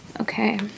Okay